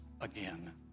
again